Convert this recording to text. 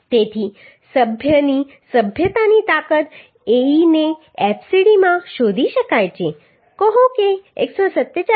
તેથી સભ્યની સભ્યતાની તાકાત Ae ને fcd માં શોધી શકાય છે કહો કે 147